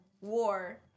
War